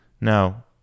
Now